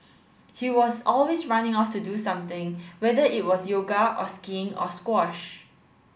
he was always running off to do something whether it was yoga or skiing or squash